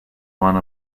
one